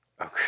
okay